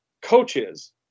coaches